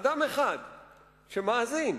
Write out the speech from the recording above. אדם אחד, שמאזין,